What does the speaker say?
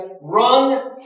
Run